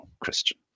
christian